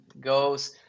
goes